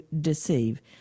deceive